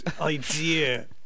idea